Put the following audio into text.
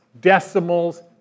decimals